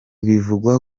bivugwa